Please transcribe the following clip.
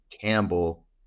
Campbell